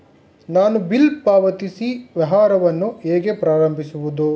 ನಾನು ಬಿಲ್ ಪಾವತಿ ವ್ಯವಹಾರವನ್ನು ಹೇಗೆ ಪ್ರಾರಂಭಿಸುವುದು?